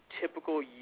typical